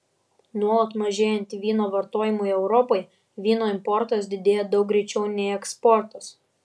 nuolat mažėjant vyno vartojimui europoje vyno importas didėja daug greičiau nei eksportas